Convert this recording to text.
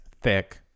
thick